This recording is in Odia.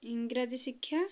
ଇଂରାଜୀ ଶିକ୍ଷା